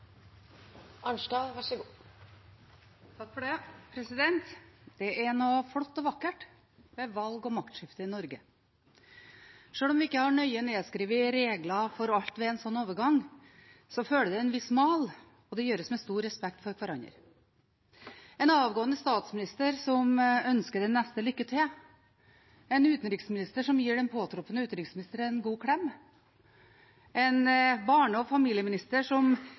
Det er noe flott og vakkert ved valg og maktskifte i Norge. Sjøl om vi ikke har nøye nedskrevne regler for alt ved en slik| overgang, følger det en viss mal, og det gjøres med stor respekt for hverandre. En avgående statsminister som ønsker den neste lykke til, en utenriksminister som gir den påtroppende utenriksministeren en god klem, en barne- og familieminister som